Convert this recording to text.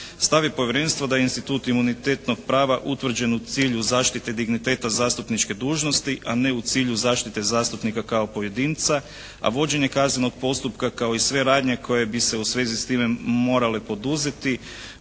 Stav je povjerenstva da institut imunitetnog prava utvrđen u cilju zaštite digniteta zastupničke dužnosti, a ne u cilju zaštite zastupnika kao pojedinca, a vođenje kaznenog postupka kao i sve radnje koje bi se u svezi s time morale poduzeti